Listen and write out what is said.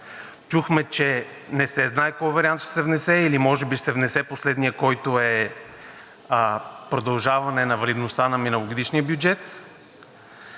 чухме, че не се знае кой вариант ще се внесе или може би ще се внесе последният, който е продължаване на валидността на миналогодишния бюджет.